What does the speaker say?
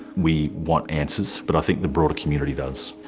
we want answers, but i think the broader community does.